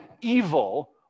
evil